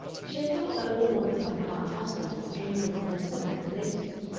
she had thought that all morningside park householders came home before seven at the latest,